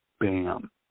Bam